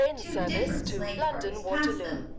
two different sleighing parties passed them.